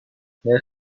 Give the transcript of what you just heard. نرخ